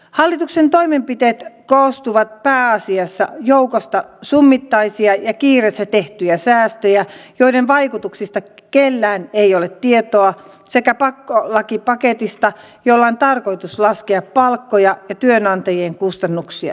hallituksen toimenpiteet koostuvat pääasiassa joukosta summittaisia ja kiireessä tehtyjä säästöjä joiden vaikutuksista kellään ei ole tietoa sekä pakkolakipaketista jolla on tarkoitus laskea palkkoja ja työnantajien kustannuksia